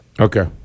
Okay